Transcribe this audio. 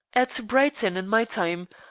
at brighton in my time.